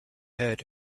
heard